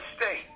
State